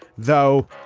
though,